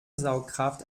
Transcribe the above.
saugkraft